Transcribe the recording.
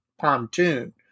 pontoon